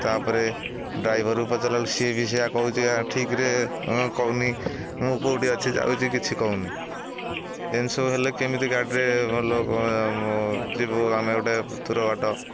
ତାପରେ ଡ୍ରାଇଭରକୁ ପଚାରିଲା ବେଳକୁ ସିଏ ବି ସେଇଆ କହୁଛି ଠିକରେ କହୁନି ମୁଁ କେଉଁଠି ଅଛି ଯାଉଛି କିଛି କହୁନି ଏମତି ସବୁ ହେଲେ କେମିତି ଗାଡ଼ିରେ ଲୋକ ଯିବୁ ଆମେ ଗୋଟେ ଦୂର ବାଟ